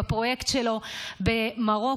בפרויקט שלו במרוקו,